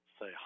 Say